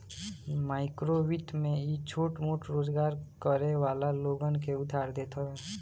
माइक्रोवित्त में इ छोट मोट रोजगार करे वाला लोगन के उधार देत हवे